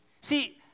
See